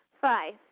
Five